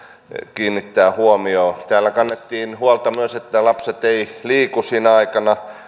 kiinnittää huomiota täällä kannettiin huolta myös siitä että lapset eivät liiku sinä aikana